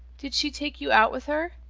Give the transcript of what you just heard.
did she take you out with her?